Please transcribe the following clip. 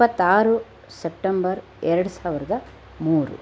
ಇಪ್ಪತ್ತಾರು ಸಪ್ಟೆಂಬರ್ ಎರಡು ಸಾವಿರದ ಮೂರು